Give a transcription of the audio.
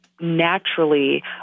naturally